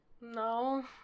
no